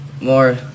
more